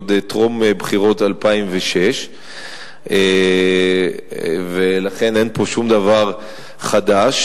עוד טרום בחירות 2006. לכן אין פה שום דבר חדש.